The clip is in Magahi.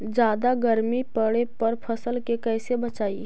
जादा गर्मी पड़े पर फसल के कैसे बचाई?